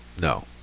No